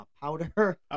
powder